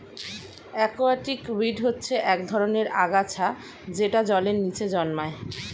aquatic weed হচ্ছে এক ধরনের আগাছা যেটা জলের নিচে জন্মায়